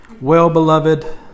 well-beloved